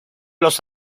los